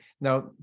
now